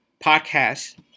podcast